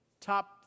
top